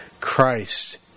Christ